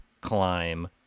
climb